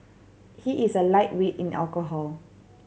he is a lightweight in alcohol